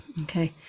Okay